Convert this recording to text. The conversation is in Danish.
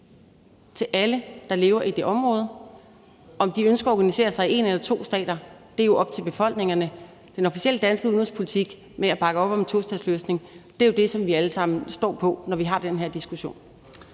til alle, der lever i det område. Om de ønsker at organisere sig i én stat eller to stater, er jo op til befolkningerne. Den officielle danske udenrigspolitik med at bakke op om en tostatsløsning er jo det, som vi alle sammen står fast på, når vi har den her diskussion.